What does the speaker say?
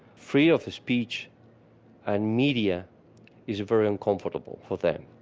free of speech and media is very uncomfortable for them.